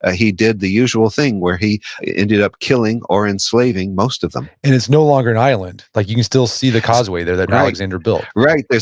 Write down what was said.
ah he did the usual thing where he ended up killing or enslaving most of them and it's no longer an island. like you can still see the causeway there that alexander built right.